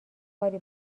کاری